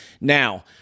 Now